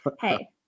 Hey